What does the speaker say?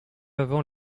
avant